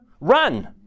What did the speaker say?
run